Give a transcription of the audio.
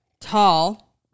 tall